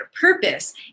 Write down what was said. purpose